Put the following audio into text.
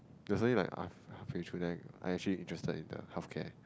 it was only half halfway through then I actually interested in the healthcare